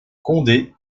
condé